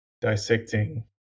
dissecting